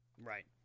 Right